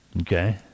Okay